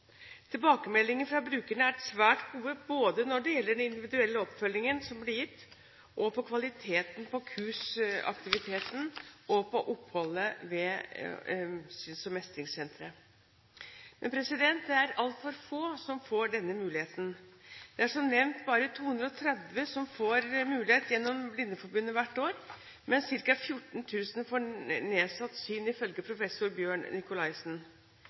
fra brukerne er svært gode både når det gjelder den individuelle oppfølgingen som blir gitt, kvaliteten på kurs- og aktivitetsvirksomheten og på oppholdene ved syns- og mestringssentrene. Men det er altfor få som får denne muligheten. Det er som nevnt bare 230 som får denne muligheten gjennom Blindeforbundet hvert år, mens ca. 14 000 får nedsatt syn, ifølge professor Bjørn Nicolaisen.